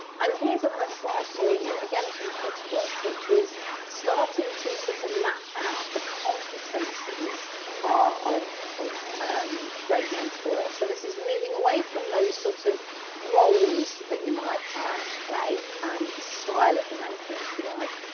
and here's a nice slide for you again from clutterbook, which is starting to so sort of map out the competencies ah of of um great mentors, so this is moving away from those sort of roles that you might ah play um the style of the mentoring if you like.